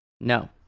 no